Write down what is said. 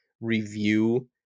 review